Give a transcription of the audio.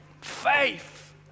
Faith